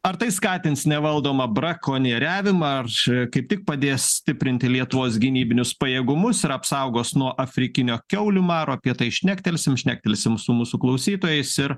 ar tai skatins nevaldomą brakonieriavimą ar kaip tik padės stiprinti lietuvos gynybinius pajėgumus ir apsaugos nuo afrikinio kiaulių maro apie tai šnektelsim šnektelsim su mūsų klausytojais ir